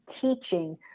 teaching